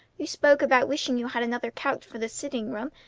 you spoke about wishing you had another couch for the sitting-room,